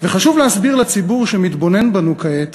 חשוב להסביר לציבור שמתבונן בנו כעת